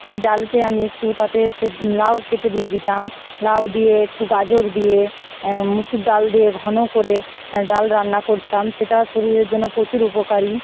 সেই ডালকে আমি একটু তাতে সে লাউ কেটে দিয়ে দিতাম লাউ দিয়ে একটু গাজর দিয়ে মসুর ডাল দিয়ে ঘন করে ডাল রান্না করতাম সেটা শরীরের জন্য প্রচুর উপকারী